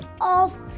off